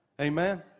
Amen